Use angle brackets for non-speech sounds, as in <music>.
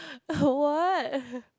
a what <laughs>